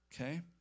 okay